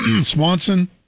Swanson